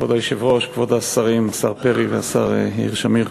כבוד היושב-ראש, כבוד השרים, השר פרי והשר שמיר,